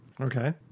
Okay